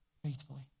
faithfully